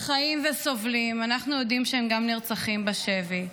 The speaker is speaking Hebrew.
חיים וסובלים, אנחנו יודעים שהם גם נרצחים בשבי.